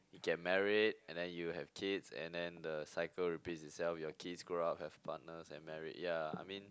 you get married and then you have kids and then the cycle repeats itself your kids grow up have partners and married ya I mean